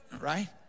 right